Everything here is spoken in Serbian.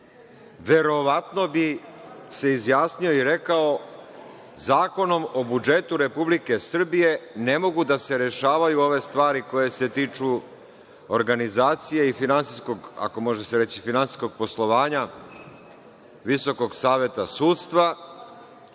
verovatno bi se izjasnio i rekao – zakonom o budžetu Republike Srbije, ne mogu da se rešavaju ove stvari koje se tiču organizacije i finansijskog, ako može se